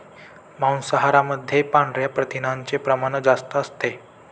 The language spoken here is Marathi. मांसाहारामध्ये पांढऱ्या प्रथिनांचे प्रमाण जास्त असते